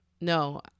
no